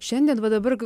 šiandien va dabar